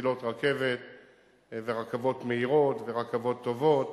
במסילות רכבת ורכבות מהירות ורכבות טובות.